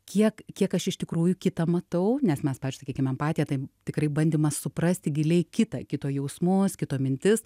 kiek kiek aš iš tikrųjų kitą matau nes mes pavyzdžiui sakykim empatija tai tikrai bandymas suprasti giliai kitą kito jausmus kito mintis